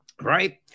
Right